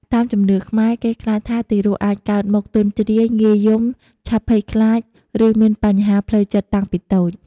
តាមជំនឿខ្មែរ គេខ្លាចថាទារកអាចកើតមកទន់ជ្រាយ ងាយយំ ឆាប់ភ័យខ្លាច ឬមានបញ្ហាផ្លូវចិត្តតាំងពីតូច។